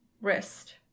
wrist